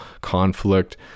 conflict